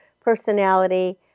personality